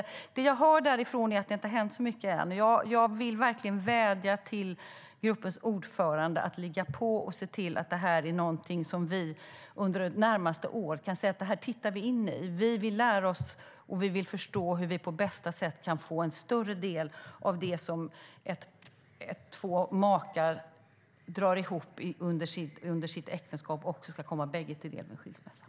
Det jag hör därifrån är att det inte har hänt så mycket än. Jag vill verkligen vädja till gruppens ordförande att ligga på och se till att detta är något som vi kan titta på under det närmaste året - vi vill lära oss och på bästa sätt förstå hur vi kan få en större del av det som två makar drar ihop under sitt äktenskap och som ska komma bägge till del vid en skilsmässa.